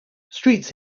streets